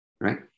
right